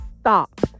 Stop